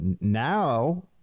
now